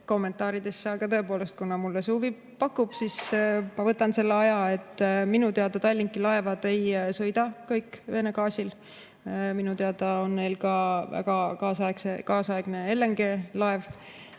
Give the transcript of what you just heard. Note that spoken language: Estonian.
kommentaaridesse. Aga tõepoolest, kuna see mulle huvi pakub, siis ma võtan selle aja. Minu teada Tallinki laevad ei sõida kõik Vene gaasiga. Minu teada on neil ka väga kaasaegne LNG-laev.